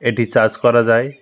এটি চার্জ করা যায়